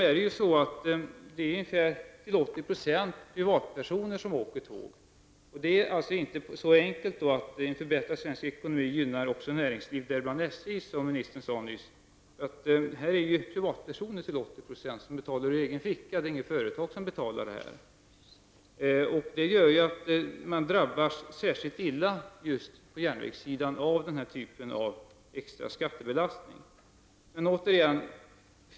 Därför är det inte så enkelt att som ministern gjorde nyss säga att en förbättrad svensk ekonomi också gynnar näringslivet, däribland SJ. Här gäller det att närmare 80 % är privatpersoner som betalar ur egen ficka. Det är alltså inte något företag som betalar biljetterna. Järnvägssidan drabbas särskilt illa av den typen av extra skattebelastning.